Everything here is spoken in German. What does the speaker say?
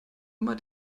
immer